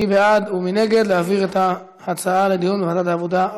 מי בעד ומי נגד להעביר את ההצעה לדיון בוועדת העבודה,